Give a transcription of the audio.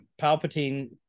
Palpatine